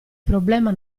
problema